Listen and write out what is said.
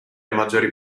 maggiori